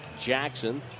Jackson